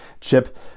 chip